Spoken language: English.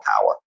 power